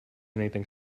anything